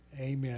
Amen